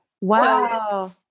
Wow